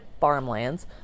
farmlands